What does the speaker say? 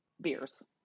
beers